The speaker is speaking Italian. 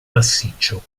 massiccio